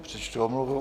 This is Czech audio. Přečtu omluvu.